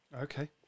Okay